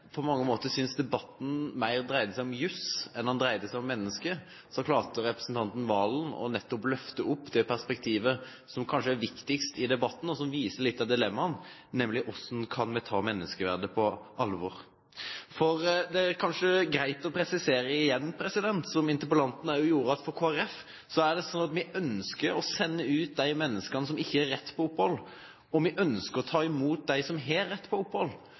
på mange måter syntes debatten dreide seg mer om jus enn den dreide seg om mennesker, klarte representanten Serigstad Valen nettopp å løfte opp det perspektivet som kanskje er viktigst i denne debatten, og som viser litt av dilemmaene, nemlig hvordan kan vi ta menneskeverdet på alvor. Det er kanskje greit å presisere igjen, som interpellanten også gjorde, at for Kristelig Folkeparti er det sånn at vi ønsker å sende ut de menneskene som ikke har rett på opphold, og vi ønsker å ta i mot dem som har rett på opphold.